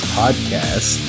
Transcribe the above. podcast